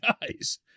guys